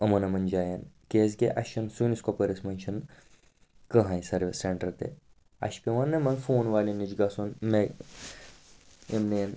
یِمَن یِمَن جایَن کیٛازِکہِ اَسہِ چھُ نہٕ سٲنِس کوٚپوٲرِس منٛز چھِ نہٕ کٕہٕنٛۍ سٔروِس سیٚنٹَر تہِ اَسہِ چھُ پٮ۪وان یِمَن فون والٮ۪ن نِش گژھُن مےٚ یِم میٛٲنۍ